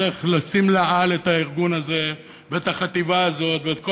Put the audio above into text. צריך לשים לאל את הארגון הזה ואת החטיבה הזאת ואת כל